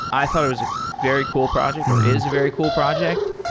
i thought it was a very cool project or is a very cool project.